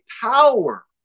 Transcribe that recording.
power